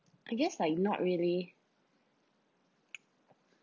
I guess like not really